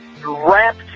wrapped